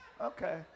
Okay